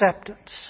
acceptance